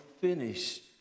finished